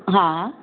हा